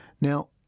Now